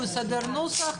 הוא יסדר את הנוסח,